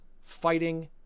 fighting